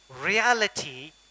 reality